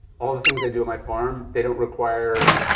all the things i do on my farm, they don't require,